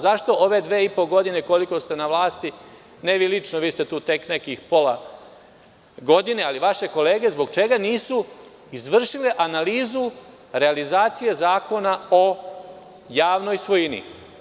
Zašto ove dve i po godine, koliko ste na vlasti, ne vi lično, tu ste nekih pola godine, ali zbog čega vaše kolege nisu izvršile analizu realizacije Zakona o javnoj svojini?